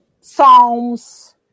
psalms